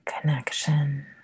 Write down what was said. Connection